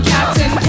Captain